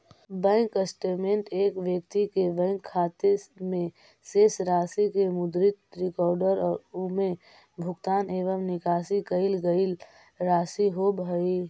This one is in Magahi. बैंक स्टेटमेंट एक व्यक्ति के बैंक खाते में शेष राशि के मुद्रित रिकॉर्ड और उमें भुगतान एवं निकाशी कईल गई राशि होव हइ